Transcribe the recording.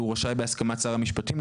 והוא רשאי בהסכמת שר המשפטים,